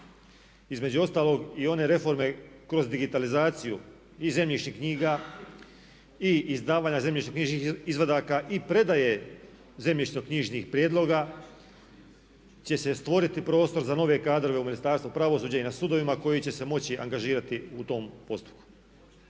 Između ostalog i one reforme kroz digitalizaciju i zemljišnih knjiga i izdavanja zemljišno knjižnih izvadaka i predaje zemljišno knjižnih prijedloga će se stvoriti prostor za nove kadrove u Ministarstvu pravosuđa i na sudovima koji će se moći angažirati u tom postupku.